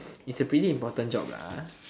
is a pretty important job